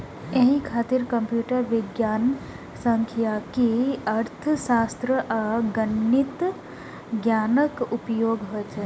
एहि खातिर कंप्यूटर विज्ञान, सांख्यिकी, अर्थशास्त्र आ गणितक ज्ञानक उपयोग होइ छै